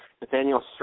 Nathaniel